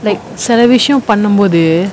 like சில விஷயோ பண்ணும் போது:sila vihsayum pannum pothu